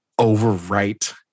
overwrite